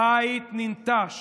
הבית ננטש